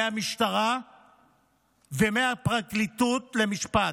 מהמשטרה ומהפרקליטות למשפט,